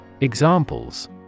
Examples